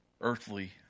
earthly